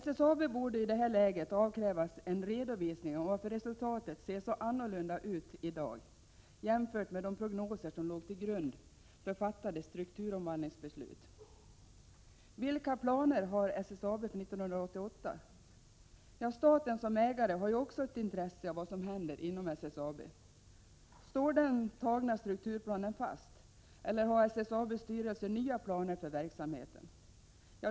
SSAB borde i detta läge avkrävas en redovisning om varför resultatet ser så annorlunda ut i dag jämfört med de prognoser som låg till grund för strukturomvandlingsbesluten. Vilka planer har SSAB för 1988? Staten som ägare har ju också ett intresse av vad som händer inom SSAB. Står den antagna strukturplanen fast, eller har SSAB:s styrelse nya planer för verksamheten?